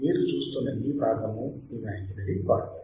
మీరు చూస్తున్న ఈ భాగము ఇమాజినరీ పార్ట్